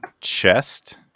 chest